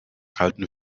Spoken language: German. kalten